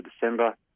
December